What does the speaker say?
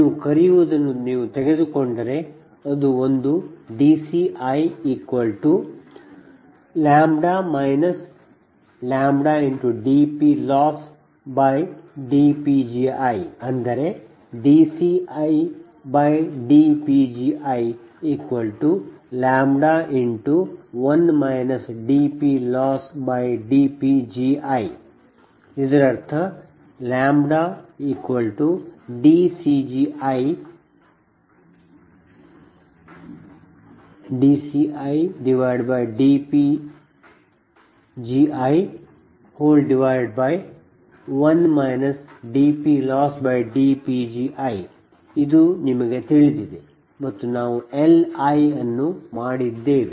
ನೀವು ಕರೆಯುವದನ್ನು ನೀವು ತೆಗೆದುಕೊಂಡರೆ ಅದು ಒಂದು dCidPgiλ λdPLossdPgi ಅಂದರೆ dCidPgiλ1 dPLossdPgi ಇದರರ್ಥ λdCidPgi1 dPLossdPgi ಇದು ನಿಮಗೆ ತಿಳಿದಿದೆ ಮತ್ತು ನಾವು Liಅನ್ನು ಮಾಡಿದ್ದೇವೆ